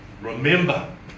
remember